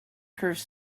curved